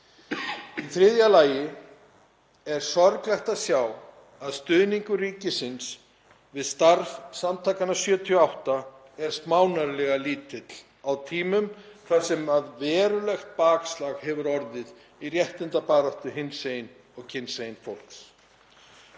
Í þriðja lagi er sorglegt að sjá að stuðningur ríkisins við starf Samtakanna '78 er smánarlega lítill á tímum þar sem verulegt bakslag hefur orðið í réttindabaráttu hinsegin og kynsegin fólks.